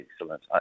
excellent